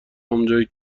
همونجایی